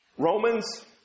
Romans